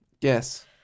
Yes